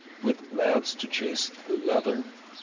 with lads to chase the leather,